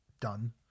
done